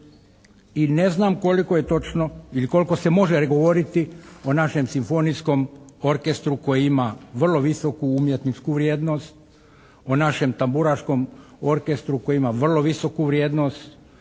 I ne znam koliko je točno ili koliko se može govoriti o našem simfonijskom orkestru koju ima vrlo visoku umjetničku vrijednost, o našem tamburaškom orkestru koji ima vrlo visoku vrijednost,